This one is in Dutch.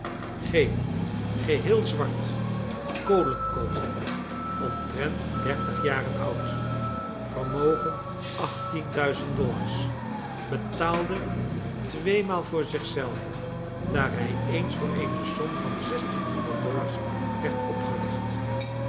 geheel zwart kolenkooper omtrent dertig jaren oud vermogen achttien duizend dollars betaalde tweemaal voor zich zelven daar hij eens voor eene som van zestien honderd dollars werd opgelicht